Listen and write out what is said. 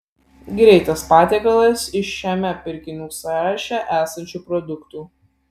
greitas patiekalas iš šiame pirkinių sąraše esančių produktų